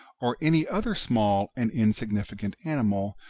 or any other small and insignificant animal,